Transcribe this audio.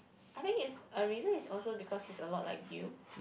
I think is a reason is also because he's a lot like you